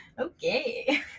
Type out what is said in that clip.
Okay